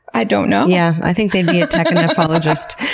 i don't know. yeah, i think they'd be a technephologists.